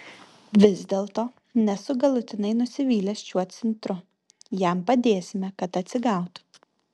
vis dėlto nesu galutinai nusivylęs šiuo centru jam padėsime kad atsigautų